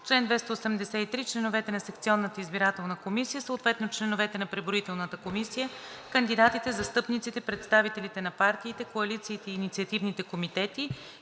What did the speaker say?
„Чл. 283. Членовете на секционната избирателна комисия, съответно членовете на преброителната комисия, кандидатите, застъпниците, представителите на партиите, коалициите и инициативните комитети